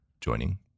joining